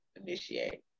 initiate